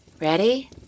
Ready